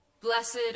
Blessed